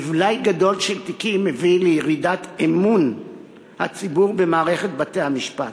מלאי גדול של תיקים מביא לירידת אמון הציבור במערכת בתי-המשפט.